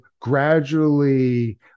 gradually